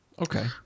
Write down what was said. Okay